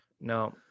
no